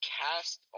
cast